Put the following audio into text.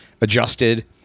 adjusted